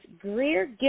Greer